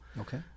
Okay